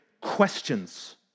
questions